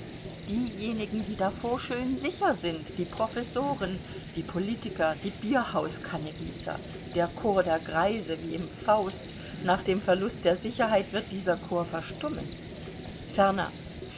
diejenigen die davor schön sicher sind die professoren die politiker die bierhauskannegießer der chor der greise wie im faust nach dem verlust der sicherheit wird dieser chor verstummen ferner